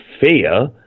fear